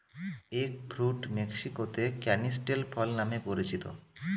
egg fruit মেক্সিকোতে canistel ফল নামে পরিচিত